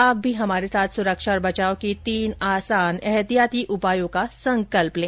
आप भी हमारे साथ सुरक्षा और बचाव के तीन आसान एहतियाती उपायों का संकल्प लें